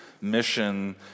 mission